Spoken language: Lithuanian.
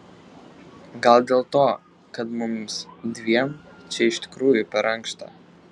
gal dėl to kad mums dviem čia iš tikrųjų per ankšta